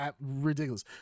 ridiculous